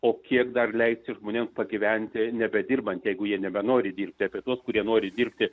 o kiek dar leisi žmonėms pagyventi nebedirbant jeigu jie nebenori dirbti apie tuos kurie nori dirbti